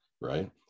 right